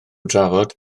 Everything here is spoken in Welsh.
drafod